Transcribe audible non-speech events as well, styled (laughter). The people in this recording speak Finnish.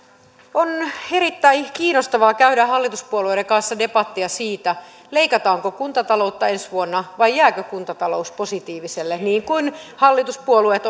on erittäin kiinnostavaa käydä hallituspuolueiden kanssa debattia siitä leikataanko kuntataloutta ensi vuonna vai jääkö kuntatalous positiiviselle niin kuin hallituspuolueet (unintelligible)